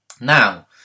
Now